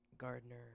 gardener